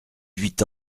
huit